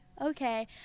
Okay